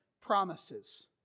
promises